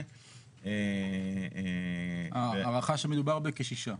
98'. ההערכה שמדובר בכשישה.